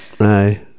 aye